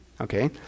okay